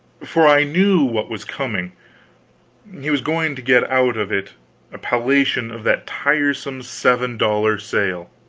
for i knew what was coming he was going to get out of it a palliation of that tiresome seven-dollar sale.